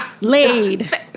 laid